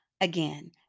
again